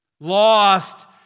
lost